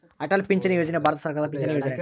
ಅಟಲ್ ಪಿಂಚಣಿ ಯೋಜನೆ ಭಾರತ ಸರ್ಕಾರದ ಪಿಂಚಣಿ ಯೊಜನೆ